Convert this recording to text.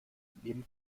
neben